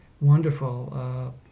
wonderful